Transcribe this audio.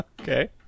Okay